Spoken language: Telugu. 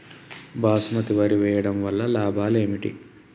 బాస్మతి వరి వేయటం వల్ల లాభాలు ఏమిటి?